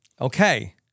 Okay